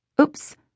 Oops